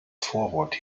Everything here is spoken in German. vorwort